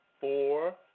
four